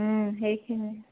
সেইখিনিয়ে